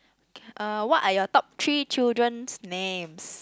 okay uh what are your top three children's names